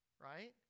Right